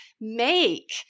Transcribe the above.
make